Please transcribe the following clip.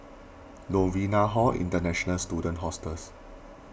Novena Hall International Student Hostels